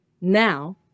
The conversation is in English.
now